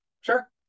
sure